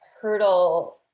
hurdle